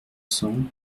cents